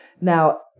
Now